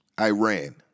Iran